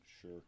sure